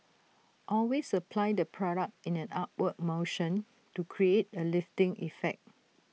always apply the product in an upward motion to create A lifting effect